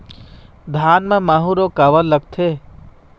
धान म माहू रोग काबर लगथे?